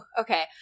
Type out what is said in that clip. okay